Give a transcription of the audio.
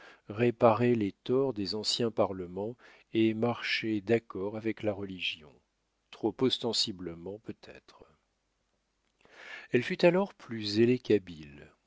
réparait les torts des anciens parlements et marchait d'accord avec la religion trop ostensiblement peut-être elle fut alors plus zélée